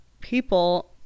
people